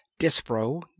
dispro